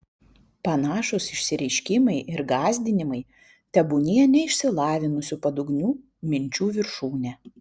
panašūs išsireiškimai ir gąsdinimai tebūnie neišsilavinusių padugnių minčių viršūnė